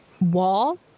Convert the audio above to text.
wall